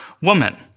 woman